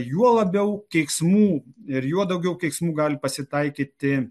juo labiau keiksmų ir juo daugiau keiksmų gali pasitaikyti